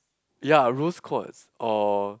ya rose quarts or